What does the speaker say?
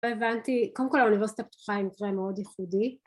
לא הבנתי, קודם כל האוניברסיטה הפתוחה היא מקרה מאוד יחודי.